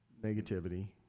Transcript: Negativity